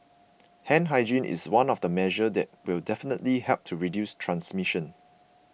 hand hygiene is one of the measures that will definitely help to reduce transmission